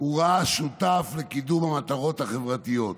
הוא ראה שותפים לקידום המטרות החברתיות.